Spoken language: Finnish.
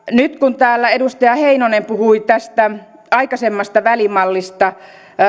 nyt täällä edustaja heinonen puhui tästä aikaisemmasta välimallista